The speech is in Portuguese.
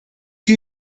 que